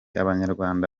abanyarwanda